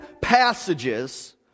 passages